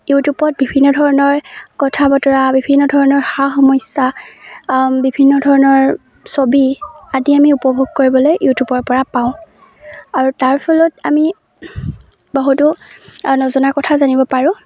ইউটিউবত বিভিন্ন ধৰণৰ কথা বতৰা বিভিন্ন ধৰণৰ সা সমস্যা বিভিন্ন ধৰণৰ ছবি আদি আমি উপভোগ কৰিবলৈ ইউটিউবৰ পৰা পাওঁ আৰু তাৰ ফলত আমি বহুতো নজনা কথা জানিব পাৰোঁ